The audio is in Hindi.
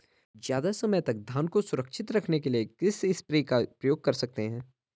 ज़्यादा समय तक धान को सुरक्षित रखने के लिए किस स्प्रे का प्रयोग कर सकते हैं?